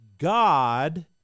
god